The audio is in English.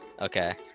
Okay